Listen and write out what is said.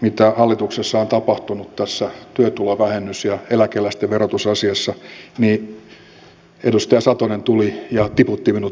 mitä hallituksessa on tapahtunut tässä työtulovähennys ja eläkeläisten verotusasiassa edustaja satonen tuli ja tiputti minut sieltä jalaksilta